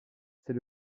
c’est